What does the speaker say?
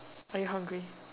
are you hungry